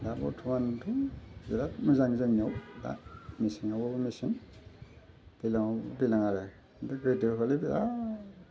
दा बर्थमानथ' बेराद मोजां जोंनियाव दा मेसेङावबाबो मेसें दैज्लाङाव दैज्लां आरो ओमफ्राय गोदो हले बेराद